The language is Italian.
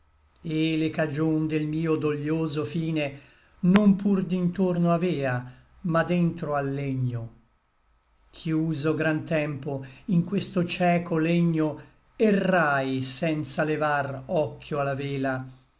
et le cagion del mio doglioso fine non pur d'intorno avea ma dentro al legno chiuso gran tempo in questo cieco legno errai senza levar occhio a la vela